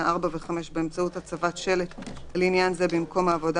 4 ו-5 באמצעות הצבת שלט לעניין זה במקום העבודה,